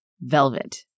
Velvet